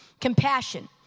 compassion